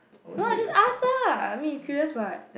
you want you just ask lah I mean you curious what